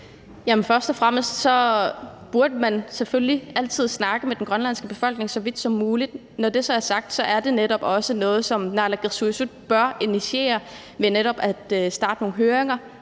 først og fremmest burde man selvfølgelig altid snakke med den grønlandske befolkning så vidt muligt. Når det så er sagt, er det netop også noget, som naalakkersuisut bør initiere ved netop at starte nogle høringer,